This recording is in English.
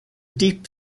deep